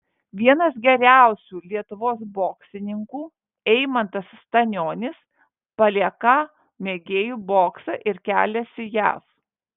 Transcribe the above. vienas geriausių lietuvos boksininkų eimantas stanionis palieką mėgėjų boksą ir keliasi jav